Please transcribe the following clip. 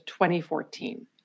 2014